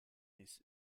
this